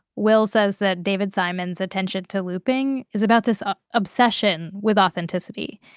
will says that david simon's attention to looping is about this ah obsession with authenticity.